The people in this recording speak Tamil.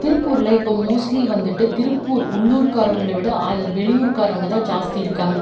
திருப்பூரில் இப்போ மோஸ்ட்லி வந்துட்டு திருப்பூர் உள்ளூர்காரவங்களால் விட வெளியூர்காரவங்கதான் ஜாஸ்தி இருக்காங்க